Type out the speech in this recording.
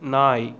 நாய்